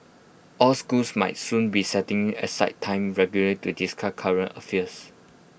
all schools might soon be setting aside time regularly to discard current affairs